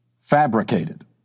Fabricated